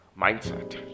mindset